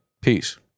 Peace